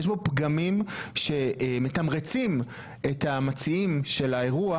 יש בו פגמים שממתרצים את המציעים של האירוע,